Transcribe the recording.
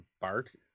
Barks